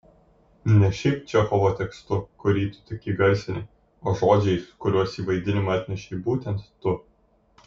ne šiaip čechovo tekstu kurį tu tik įgarsini o žodžiais kuriuos į vaidinimą atnešei būtent tu